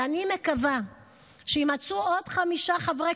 ואני מקווה שיימצאו עוד חמישה חברי